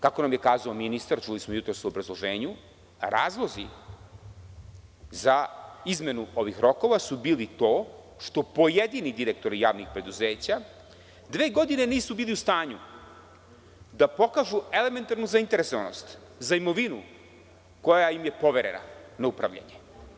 Kako nam je kazao ministar, čuli smo jutros u obrazloženju, razlozi za izmenu ovih rokova su bili to što pojedini direktori javnih preduzeća dve godine nisu bili u stanju da pokažu elementarnu zainteresovanost za imovinu koja im je poverena na upravljanje.